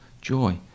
joy